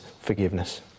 forgiveness